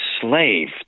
slave